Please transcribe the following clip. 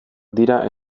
dira